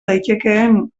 daitekeen